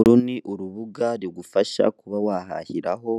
Uru ni urubuga rugufasha kuba wahahiraho